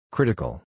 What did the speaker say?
Critical